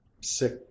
sick